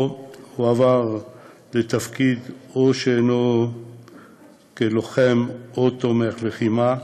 או הועבר לתפקיד לא כלוחם או תומך לחימה,